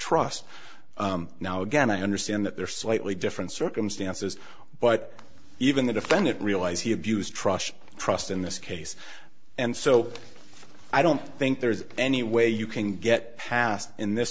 trust now again i understand that there are slightly different circumstances but even the defendant realize he abused trust in this case and so i don't think there's any way you can get past in this